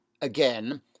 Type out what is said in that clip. again